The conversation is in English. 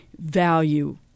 value